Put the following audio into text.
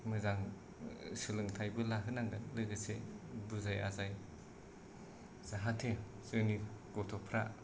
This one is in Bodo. मोजां सोलोंथाइबो लाहोनांगोन लोगोसे बुजाय आजाय जाहाथे जोंनि गथ'फ्रा